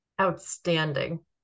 Outstanding